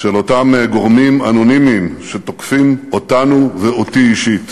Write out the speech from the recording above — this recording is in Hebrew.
של אותם גורמים אנונימיים שתוקפים אותנו ואותי אישית,